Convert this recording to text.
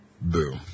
Boo